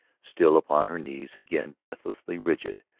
still upon her knees again breathlessly rigid.